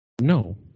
No